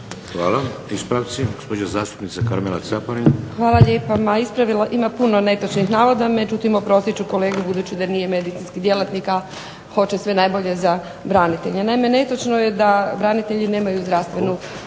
Hvala. Ispravci. Gospođa zastupnica Karmela Caparin. **Caparin, Karmela (HDZ)** Hvala lijepa. Ispravila bih, ima puno netočnih navoda, međutim oprostit ću kolegi budući da nije medicinski djelatnik, a hoće sve najbolje za branitelje. Naime netočno je da branitelji nemaju zdravstvenu